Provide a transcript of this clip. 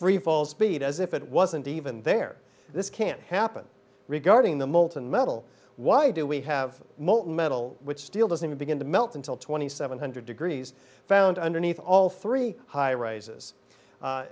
freefall speed as if it wasn't even there this can't happen regarding the molten metal why do we have molten metal which steel doesn't begin to melt until twenty seven hundred degrees found underneath all three high rises